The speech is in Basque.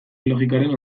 logikaren